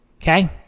okay